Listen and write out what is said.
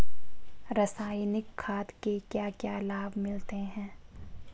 रसायनिक खाद के क्या क्या लाभ मिलते हैं?